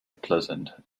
pleasant